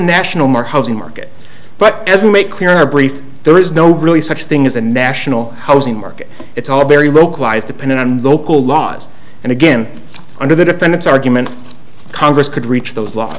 national more housing market but as you make clear in our brief there is no really such thing as a national housing market it's all very localized depending on the local laws and again under the defendant's argument congress could reach those laws